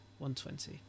120